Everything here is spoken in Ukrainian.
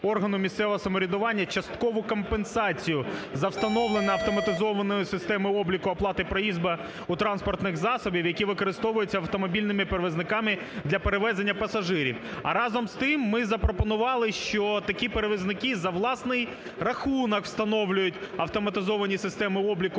органу місцевого самоврядування часткову компенсацію за встановлену автоматизовану системою обліку оплати проїзду в транспортних засобів, які використовуються автомобільними перевізниками для перевезення пасажирів. А разом з тим ми запропонували, що такі перевізники за власний рахунок встановлюють автоматизовані системи обліку